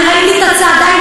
אני ראיתי את הצעדה.